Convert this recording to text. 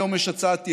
היום יש הצעת אי-אמון,